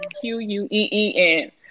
Q-U-E-E-N